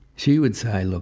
she would say, look,